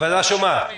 הוועדה שומעת.